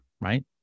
right